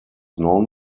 known